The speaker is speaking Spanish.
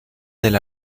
del